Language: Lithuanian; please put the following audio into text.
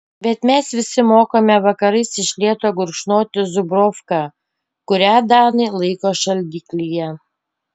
bet mes visi mokame vakarais iš lėto gurkšnoti zubrovką kurią danai laiko šaldiklyje